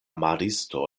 maristo